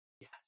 yes